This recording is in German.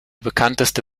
bekannteste